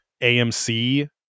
amc